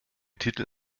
titel